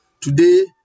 Today